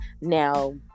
Now